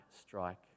strike